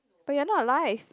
but you're not alive